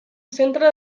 centre